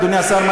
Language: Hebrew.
אדוני השר,